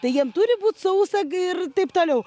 tai jiem turi būt sausa ir taip toliau